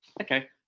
Okay